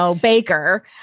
baker